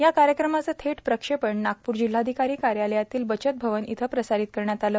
या कार्यक्रमाचं थेट प्रक्षेपण नागपूर जिल्हाधिकारी कार्यालयातील बचत भवन इथं प्रसारित करण्यात आलं